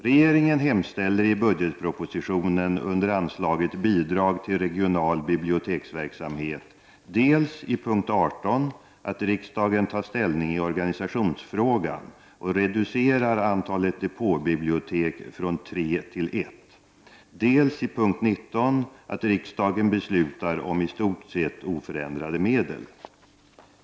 Regeringen hemställer i budgetpropositionen under anslaget Bidrag till regional biblioteksverksamhet dels i punkt 18 att riksdagen tar ställning i organisationsfrågan och reducerar antalet depåbibliotek från tre till ett, dels i punkt 19 att riksdagen beslutar om i stort sett oförändrade medel.